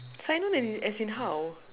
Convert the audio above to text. sign on as as in how